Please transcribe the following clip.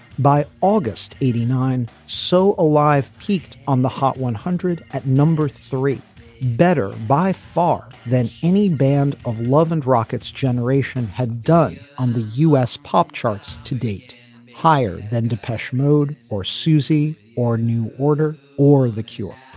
by august eighty nine so alive peaked on the hot one hundred at number three better by far than any band of love and rockets generation had done on the u s. pop charts to date higher than depeche mode or susie or new order or the cure.